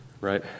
right